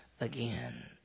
again